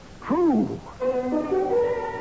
true